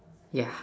yeah